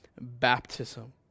baptism